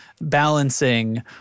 balancing